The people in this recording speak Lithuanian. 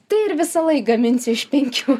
tai ir visąlaik gaminsiu iš penkių